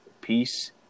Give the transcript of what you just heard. Peace